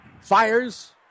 Fires